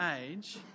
age